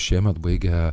šiemet baigia